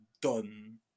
done